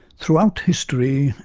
throughout history,